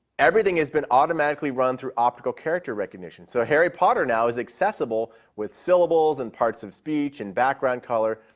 everything has been automatically run through optical character recognition. so harry potter now is accessible now with syllables, and parts of speech and background color.